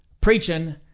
preaching